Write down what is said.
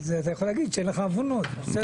אתה יכול להגיד שאין לך עוונות, זה בסדר.